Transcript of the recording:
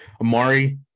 Amari